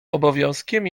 obowiązkiem